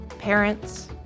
parents